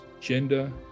gender